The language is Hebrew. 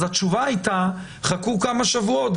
אז התשובה הייתה: חכו כמה שבועות,